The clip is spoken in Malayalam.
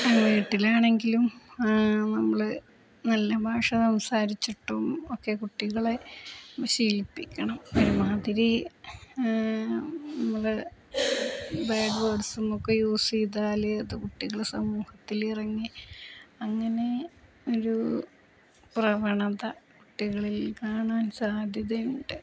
വീട്ടിലാണെങ്കിലും ആ നമ്മള് നല്ല ഭാഷ സംസാരിച്ചിട്ടും ഒക്കെ കുട്ടികളെ ശീലിപ്പിക്കണം ഒരുമാതിരി നമ്മല് ബാഡ് വേർഡ്സുമൊക്കെ യൂസെയ്താല് അതു കുട്ടികള് സമൂഹത്തിലിറങ്ങി അങ്ങനെ ഒരു പ്രവണത കുട്ടികളിൽ കാണാൻ സാധ്യതുണ്ട്